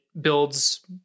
builds